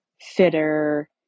fitter